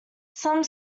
some